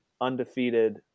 undefeated